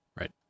Right